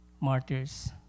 martyrs